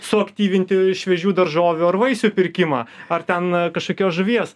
suaktyvinti šviežių daržovių ar vaisių pirkimą ar ten kažkokios žuvies